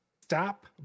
Stop